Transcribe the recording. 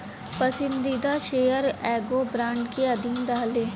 पसंदीदा शेयर एगो बांड के अधीन रहेला